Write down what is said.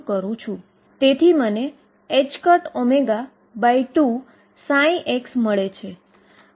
3 dψdx પણ દરેક જગ્યાએ ફાઈનાઈટ અને કન્ટીન્યુઅસ હોવું જોઈએ